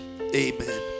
Amen